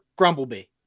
Grumblebee